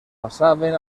passaven